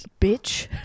Bitch